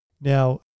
Now